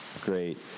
Great